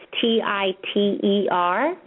T-I-T-E-R